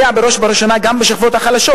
פוגע בראש ובראשונה בשכבות החלשות,